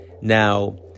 Now